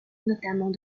notamment